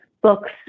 books